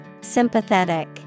Sympathetic